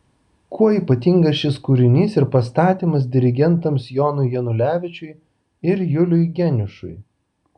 kuo ypatingas šis kūrinys ir pastatymas dirigentams jonui janulevičiui ir juliui geniušui